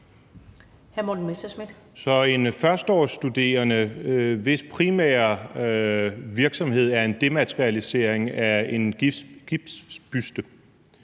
Så en førsteårsstuderende, hvis primære virksomhed er en dematerialisering af en gipsbuste,